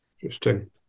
Interesting